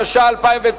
התש"ע 2009,